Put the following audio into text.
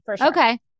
Okay